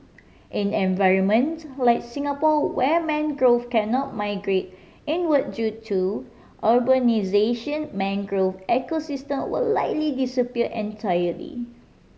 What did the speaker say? in environments like Singapore where mangrove cannot migrate inward due to urbanisation mangrove ecosystem will likely disappear entirely